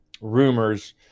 rumors